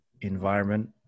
environment